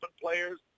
players